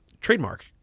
trademark